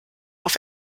auf